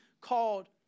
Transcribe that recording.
called